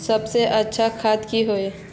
सबसे अच्छा खाद की होय?